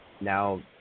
now